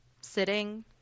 sitting